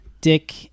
dick